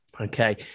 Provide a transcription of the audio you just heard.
Okay